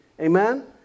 Amen